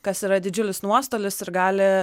kas yra didžiulis nuostolis ir gali